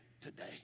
today